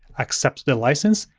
accept the license,